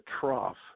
trough